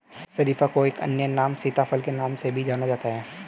शरीफा को एक अन्य नाम सीताफल के नाम से भी जाना जाता है